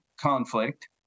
conflict